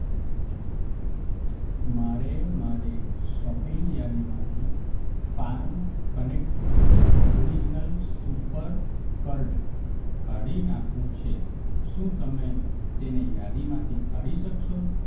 મારે મારે શોપિંગ યાદીમાંથી farm connect original super curd કાઢી નાખવું છે શું તમે તેને યાદીમાંથી કાઢી શકશો